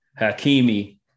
Hakimi